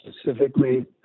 specifically